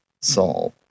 solve